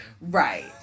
Right